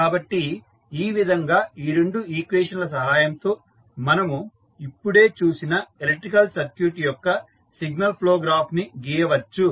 కాబట్టి ఈ విధంగా ఈ రెండు ఈక్వేషన్ ల సహాయంతో మనము ఇప్పుడే చూసిన ఎలక్ట్రికల్ సర్క్యూట్ యొక్క సిగ్నల్ ఫ్లో గ్రాఫ్ ని గీయవచ్చు